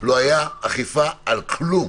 לא הייתה אכיפה על כלום,